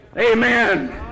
Amen